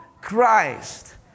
Christ